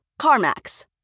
CarMax